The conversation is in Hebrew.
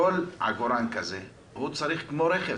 כל עגורן כזה צריך כמו רכב,